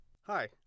Hi